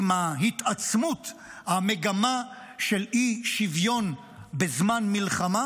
עם התעצמות המגמה של אי-שוויון בזמן מלחמה,